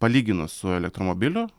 palyginus su elektromobiliu